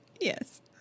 Yes